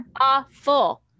awful